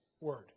word